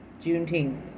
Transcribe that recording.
Juneteenth